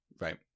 Right